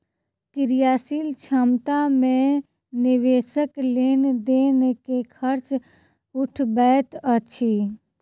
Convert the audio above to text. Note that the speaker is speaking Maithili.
क्रियाशील दक्षता मे निवेशक लेन देन के खर्च उठबैत अछि